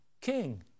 king